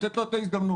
לתת לו את ההזדמנות.